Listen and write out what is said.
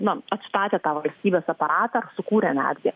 na atstatė tą valstybės aparatą ar sukūrė netgi